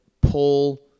pull